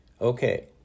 Okay